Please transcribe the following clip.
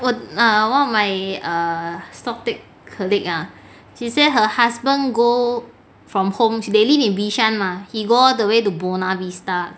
我我 one of my stock take colleague ah she say her husband go from home they live in bishan mah he go all the way to buona vista